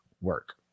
Work